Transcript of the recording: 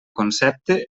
concepte